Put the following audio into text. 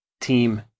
team